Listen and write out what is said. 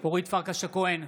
אורית פרקש הכהן,